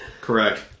Correct